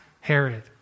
Herod